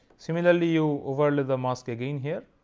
similarly, you overlay the mask again here,